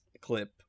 clip